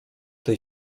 tej